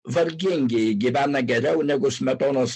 vargingieji gyvena geriau negu smetonos